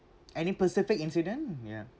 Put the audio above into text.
any pacific incident ya